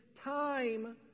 time